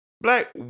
Black